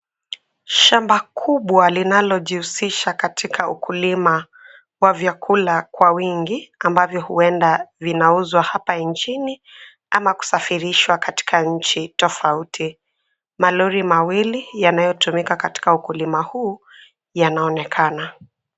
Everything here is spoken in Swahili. Shamba kubwa linalojihusisha katika ukulima wa vyakula kwa wingi ambavyo huenda vinauzwa hapa nchini ama kusafirishwa katika nchi tofauti. Malori mawili yanayotumika katika ukulima huu yanaonekana.